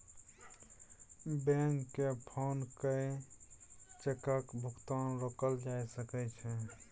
बैंककेँ फोन कए चेकक भुगतान रोकल जा सकै छै